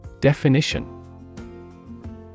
Definition